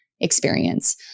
experience